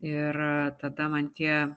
ir tada man tie